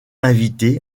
invité